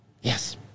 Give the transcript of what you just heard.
Yes